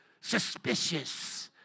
suspicious